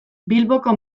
bilboko